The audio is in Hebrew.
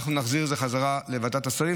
נחזיר את זה בחזרה לוועדת השרים?